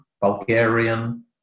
Bulgarian